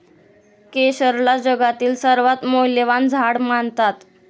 केशरला जगातील सर्वात मौल्यवान झाड मानतात